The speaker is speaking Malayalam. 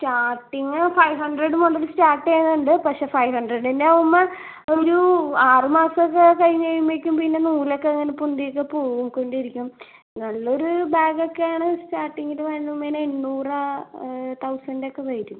സ്റ്റാർട്ടിങ്ങ് ഫൈവ് ഹൺഡ്രഡ് മുതല് സ്റ്റാർട്ട് ചെയ്യുന്നുണ്ട് പക്ഷേ ഫൈവ് ഹൺഡ്രഡിൻറെ ആകുമ്പോൾ ഒരു ആറ് മാസം ഒക്കെ കഴിഞ്ഞ് കഴിയുമ്പോഴേക്കും പിന്നെ നൂലൊക്കെ ഇങ്ങനെ പൊന്തിയൊക്കെ പോവും പോയിക്കോണ്ടിരിക്കും നല്ലൊരു ബാഗ് ഒക്കെയാണ് സ്റ്റാർട്ടിങ്ങിൽ വരുന്നുമേനെ എണ്ണൂറോ തൗസൻഡ് ഒക്കെ വരും